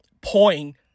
point